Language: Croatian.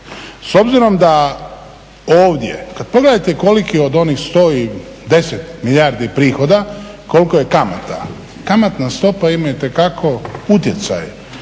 S obzirom da ovdje kad pogledate koliki od onih 110 milijardi prihoda koliko je kamata, kamatna stopa ima itekako utjecaj